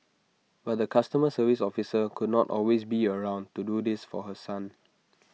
but the customer service officer could not always be around to do this for her son